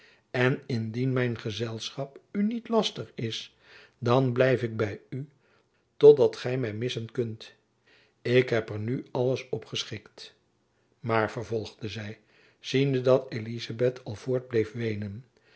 en indien mijn gezelschap u niet lastig is dan blijf ik by u tot dat gy my missen kunt ik heb er nu alles op geschikt maar vervolgde zy ziende dat elizabeth al voort bleef weenen